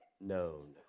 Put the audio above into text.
known